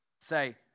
say